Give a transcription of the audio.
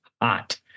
hot